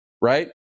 right